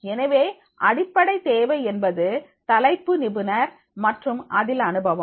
எனவே அடிப்படைத் தேவை என்பது தலைப்பு நிபுணர் மற்றும் அதில் அனுபவம்